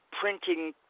printing